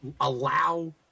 allow